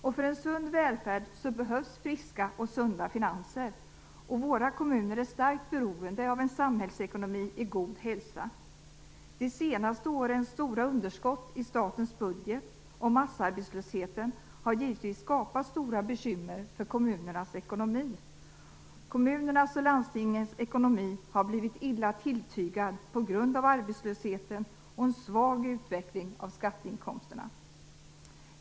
För en sund välfärd behövs friska och sunda finanser, och våra kommuner är starkt beroende av en samhällsekonomi i god hälsa. De senaste årens stora underskott i statens budget och massarbetslösheten har givetvis skapat stora bekymmer för kommunernas ekonomi. Kommunernas och landstingens ekonomi har blivit illa tilltygad på grund av arbetslösheten och en svag utveckling av skatteinkomsterna.